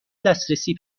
دسترسی